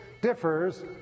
differs